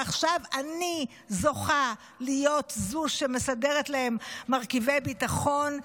ועכשיו אני זוכה להיות זו שמסדרת להם מרכיבי ביטחון.